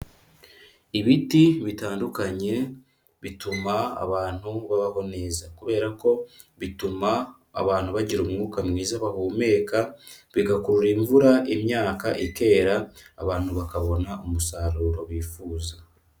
Ibiti bitandukanye bituma abantu babaho neza, kubera ko bituma abantu bagira umwuka mwiza bahumeka, bigakurura imvura imyaka ikera, abantu bakabona umusaruro bifuza.